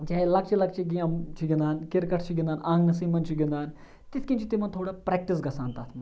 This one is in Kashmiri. چاہے لۄکچہِ لۄکچہِ گیمہٕ چھِ گِنٛدان کِرکَٹ چھِ گِنٛدان آنٛگنَسٕے منٛز چھِ گِنٛدان تِتھ کٔنۍ چھِ تِمَن تھوڑا پرٛکٹِس گژھان تَتھ منٛز